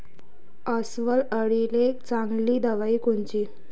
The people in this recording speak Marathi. अस्वल अळीले चांगली दवाई कोनची?